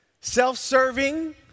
self-serving